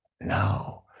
Now